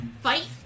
fight